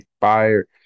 fire